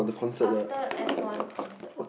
after F one concert